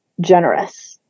generous